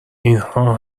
اینها